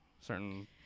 certain